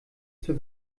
zur